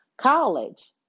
College